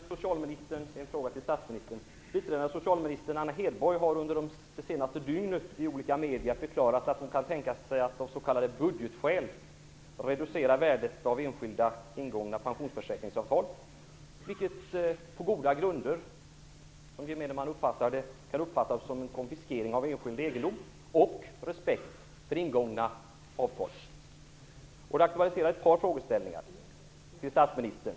Fru talman! Jag har en fråga till statsministern. Biträdande socialminister Anna Hedborg har under det senaste dygnet i olika medier förklarat att hon kan tänka sig att reducera värdet av enskilt ingångna pensionsförsäkringsavtal av s.k. budgetskäl. Det kan på goda grunder av gemene man uppfattas som konfiskering av enskild egendom och brist på respekt för ingångna avtal. Det aktualiserar ett par frågeställningar till statsministern.